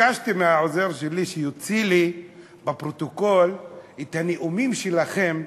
ביקשתי מהעוזר שלי שיוציא לי את הפרוטוקול של הנאומים שלכם,